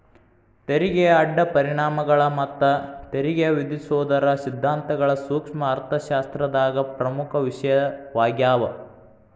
ತೆರಿಗೆಯ ಅಡ್ಡ ಪರಿಣಾಮಗಳ ಮತ್ತ ತೆರಿಗೆ ವಿಧಿಸೋದರ ಸಿದ್ಧಾಂತಗಳ ಸೂಕ್ಷ್ಮ ಅರ್ಥಶಾಸ್ತ್ರದಾಗ ಪ್ರಮುಖ ವಿಷಯವಾಗ್ಯಾದ